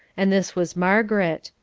and this was margaret.